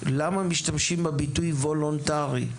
למה משתמשים בביטוי "וולונטרי"?